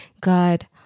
God